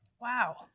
Wow